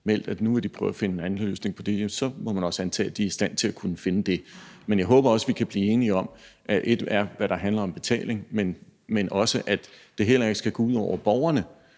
at de nu vil prøve at finde en anden løsning på det, så må man også antage, at de er i stand til at kunne finde en. Men jeg håber også, vi kan blive enige om, at et er det, der handler om betaling, men noget andet er, at det heller ikke skal gå ud over borgerne,